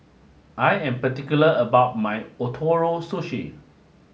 I am particular about my Ootoro Sushi